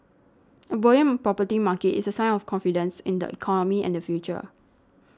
a buoyant property market is a sign of confidence in the economy and the future